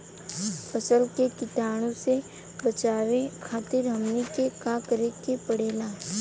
फसल के कीटाणु से बचावे खातिर हमनी के का करे के पड़ेला?